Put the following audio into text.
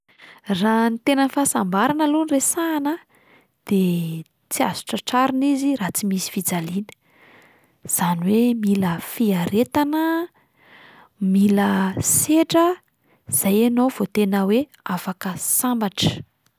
Raha ny tena fahasambarana aloha no resahana de tsy azo tratrarina izy raha tsy misy fijaliana, izany hoe mila fiaretana, mila sedra, izay ianao vao tena hoe afaka sambatra.